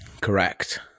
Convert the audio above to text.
Correct